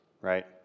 right